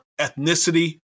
ethnicity